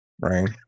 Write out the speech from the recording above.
right